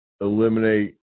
eliminate